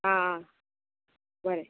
आं आं बरें